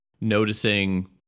noticing